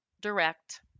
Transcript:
direct